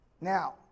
Now